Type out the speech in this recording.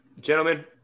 gentlemen